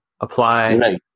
apply